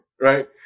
right